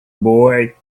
boy